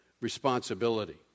responsibility